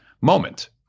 moment